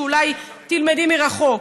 אולי תלמדי מרחוק.